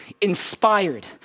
inspired